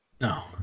No